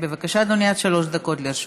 בבקשה, אדוני, עד שלוש דקות לרשותך.